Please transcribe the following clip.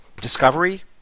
Discovery